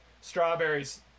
strawberries